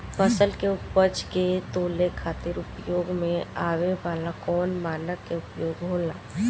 फसल के उपज के तौले खातिर उपयोग में आवे वाला कौन मानक के उपयोग होला?